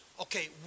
okay